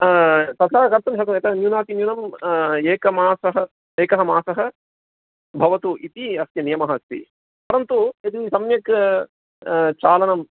तथा कर्तुं शकते न्यूनाति न्यूनम् एकमासः एकः मासः भवतु इति अस्य नियमः अस्ति परन्तु यदि सम्यक् चालनं